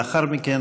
לאחר מכן,